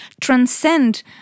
transcend